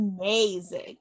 amazing